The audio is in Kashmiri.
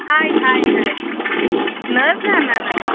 ہاے ہاے ہاے نَہ حَظ نَہ نَہ نَہ